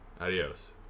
Adios